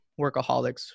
workaholics